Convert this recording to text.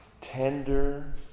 tender